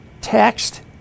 text